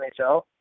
NHL